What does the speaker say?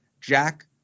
Jack